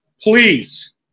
Please